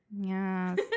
Yes